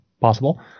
possible